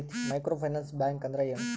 Micro finance bank ಅಂದ್ರ ಏನು?